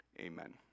amen